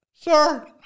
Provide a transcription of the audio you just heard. Sir